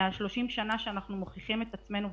מעל 30 שנה שאנחנו מוכיחים את עצמנו,